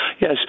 Yes